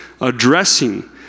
addressing